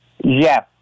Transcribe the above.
Yes